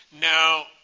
Now